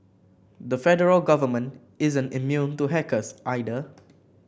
the federal government isn't immune to hackers either